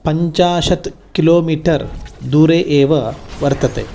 पञ्चाशत् किलोमीटर् दूरे एव वर्तते